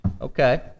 Okay